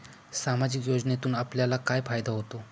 सामाजिक योजनेतून आपल्याला काय फायदा होतो?